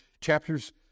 Chapters